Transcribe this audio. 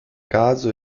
caso